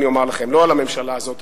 אני אומר לכם: לא על הממשלה הזו אני,